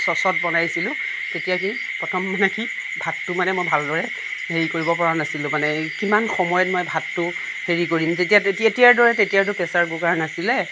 চচত বনাইছিলোঁ তেতিয়া কি প্ৰথম মানে কি ভাতটো মানে মই ভালদৰে হেৰি কৰিব পৰা নাছিলোঁ মানে কিমান সময়ত মই ভাতটো হেৰি কৰিম তেতিয়া এতিয়াৰ দৰে তেতিয়াতো প্ৰেচাৰ কুকাৰ নাছিলে